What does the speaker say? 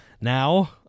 Now